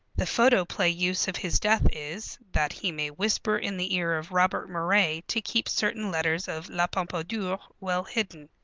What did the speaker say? the photoplay use of his death is, that he may whisper in the ear of robert moray to keep certain letters of la pompadour well hidden.